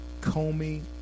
Comey